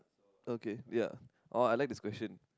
okay ya oh I like this question